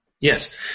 Yes